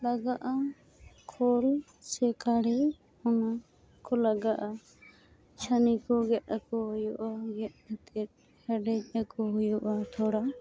ᱞᱟᱜᱟᱜᱼᱟ ᱠᱷᱳᱞ ᱥᱮ ᱠᱟᱲᱮ ᱚᱱᱟᱠᱚ ᱞᱟᱜᱟᱜᱼᱟ ᱪᱷᱟᱹᱱᱤ ᱠᱚ ᱜᱮᱫ ᱟᱠᱚ ᱦᱩᱭᱩᱜᱼᱟ ᱜᱮᱫ ᱠᱟᱛᱮᱫ ᱦᱮᱰᱮᱡ ᱟᱠᱚ ᱦᱩᱭᱩᱜᱼᱟ ᱛᱷᱚᱲᱟ